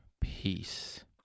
peace